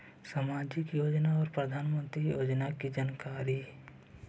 समाजिक योजना और प्रधानमंत्री योजना की जानकारी?